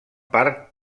part